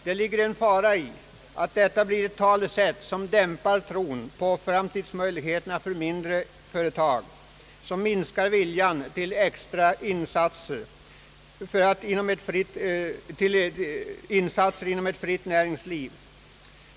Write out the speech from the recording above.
Det ligger en fara i att dessa talesätt dämpar tron på framtidsmöjligheterna för mindre företag och minskar viljan till extra insatser inom ett fritt näringsliv.